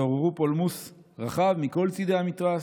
ועוררו פולמוס רחב מכל צדי המתרס.